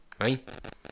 right